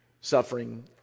suffering